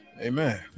Amen